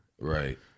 Right